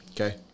Okay